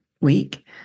week